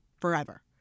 forever